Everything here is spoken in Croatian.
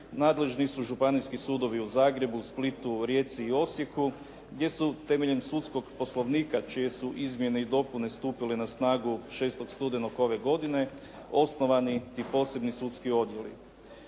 nadležni su županijski sudovi u Zagrebu, Splitu, Rijeci i Osijeku gdje su temeljem Sudskog poslovnika čije su izmjene i dopune stupile na snagu 6. studenog ove godine osnovani ti posebni sudski odjeli.